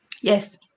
Yes